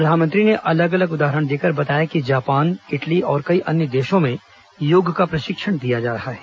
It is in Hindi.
प्रधानमंत्री ने अलग अलग उदाहरण देकर बताया कि जापान इटली और कई अन्य देशों में योग का प्रशिक्षण दिया जा रहा है